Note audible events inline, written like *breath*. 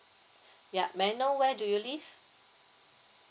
*breath* ya may I know where do you live